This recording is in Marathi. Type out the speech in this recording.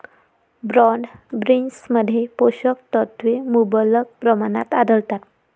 ब्रॉड बीन्समध्ये पोषक तत्वे मुबलक प्रमाणात आढळतात